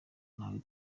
natwe